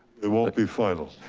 it won't be final.